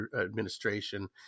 administration